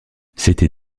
c’était